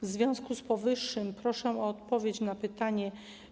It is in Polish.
W związku z powyższym proszę o odpowiedź na pytanie: